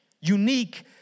unique